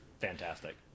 fantastic